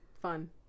Fun